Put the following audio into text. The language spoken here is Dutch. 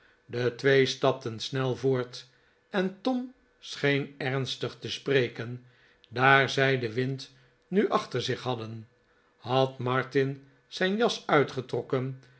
de twee stapten snel voort en tom scheen ernstig te spreken daar zij den wind nu achter zich hadden had martin zijn jas uitgetrokken